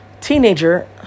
teenager